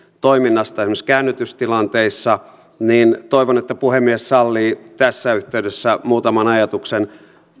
toiminnasta esimerkiksi käännytystilanteissa niin toivon että puhemies sallii tässä yhteydessä muutaman ajatuksen